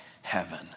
heaven